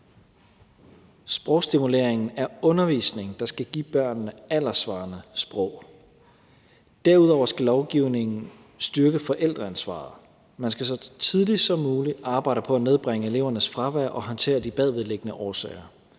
Sprogstimulering er undervisning, der skal give børnene et alderssvarende sprog. Derudover skal lovgivningen styrke forældreansvaret. Man skal så tidligt som muligt arbejde på at nedbringe elevernes fravær og håndtere de bagvedliggende årsager.